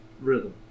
rhythm